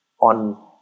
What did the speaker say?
on